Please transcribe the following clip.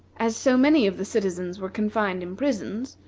as so many of the citizens were confined in prisons,